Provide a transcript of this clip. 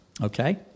Okay